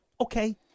okay